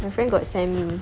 my friend got send me